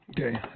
Okay